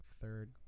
third